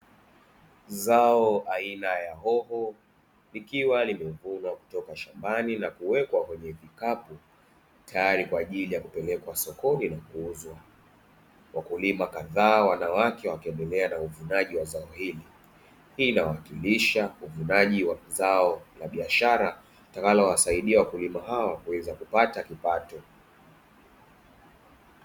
Zao aina ya hoho likiwa limevunwa kutoka shambani na kuwekwa kwenye vikapu, tayari kwa ajili ya kupelekwa sokoni na kuuzwa, wakulima kadhaa wanawake wakiendelea na uvunaji wa zao hili. Hii inawakilisha uvunaji wa mazao ya biashara yatakayowasaidia wakulima hawa kuweza kupata kipato.